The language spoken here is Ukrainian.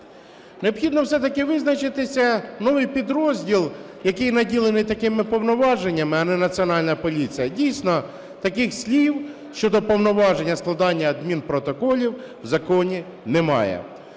Необхідно все-таки визначитися, новий підрозділ, який наділений такими повноваженнями, а не Національна поліція, дійсно, таких слів щодо повноваження складання адмінпротоколів в законі немає.